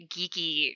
geeky